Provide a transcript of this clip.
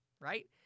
right